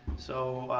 so,